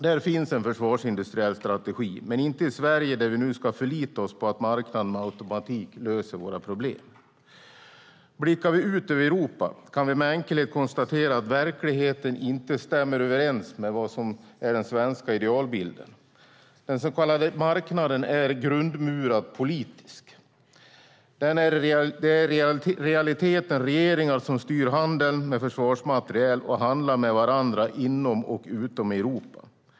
Där finns en försvarsindustriell strategi - men inte i Sverige, där vi nu ska förlita oss på att marknaden med automatik löser våra problem. Blickar vi ut över Europa kan vi med enkelhet konstatera att verkligheten inte stämmer överens med vad som är den svenska idealbilden. Den så kallade marknaden är grundmurat politisk. Det är i realiteten regeringar som styr handeln med försvarsmateriel och handlar med varandra inom och utom Europa.